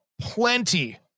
plenty